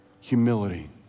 Humility